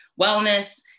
wellness